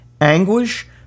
anguish